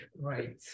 right